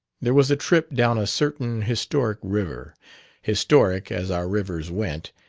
there was a trip down a certain historic river historic, as our rivers went,